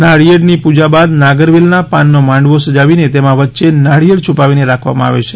નારિયેળની પૂજા બાદ નાગરવેલ ના પાન નો માંડવો સજાવી ને તેમાં વચ્ચે નાળિયેર ને છુપાવી ને રાખવામાં આવે છે